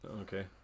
Okay